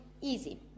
easy